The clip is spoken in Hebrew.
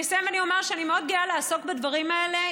אני אסיים ואני אומר שאני מאוד גאה לעסוק בדברים האלה.